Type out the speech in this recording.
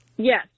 Yes